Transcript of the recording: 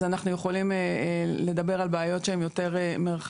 אז אנחנו יכולים לדבר על בעיות שהן יותר מרחביות.